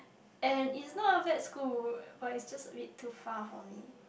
and it's not a bad school but it's just a bit too far for me